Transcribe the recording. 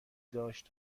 داشت